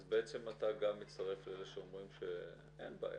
אז בעצם אתה גם מצטרף לאלה שאומרים שאין בעיה.